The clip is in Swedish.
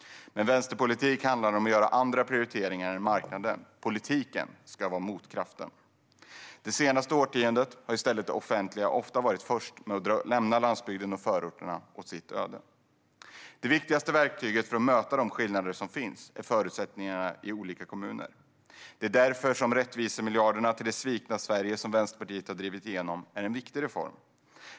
Men vänsterpolitik handlar om att göra andra prioriteringar än marknaden. Politiken ska vara motkraften. Det senaste årtiondet har i stället det offentliga ofta varit först med att lämna landsbygden och förorterna åt sitt öde. Det viktigaste verktyget för att möta de skillnader som finns är förutsättningarna i olika kommuner. Därför är de rättvisemiljarder till det svikna Sverige som Vänsterpartiet har drivit igenom en viktig reform.